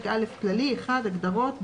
הגדרות.